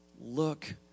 look